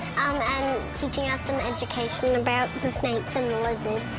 and teaching us some education about the snakes and the lizards.